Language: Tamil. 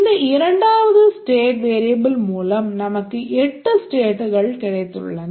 இந்த இரண்டாவது ஸ்டேட் வேரியபிள் மூலம் நமக்கு 8 ஸ்டேட்கள் கிடைத்துள்ளன